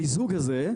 המיזוג הזה,